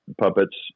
Puppets